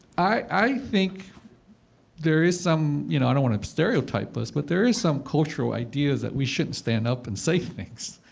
i think there is some you know i don't want to stereotype us, but there are some cultural ideas that we shouldn't stand up and say things.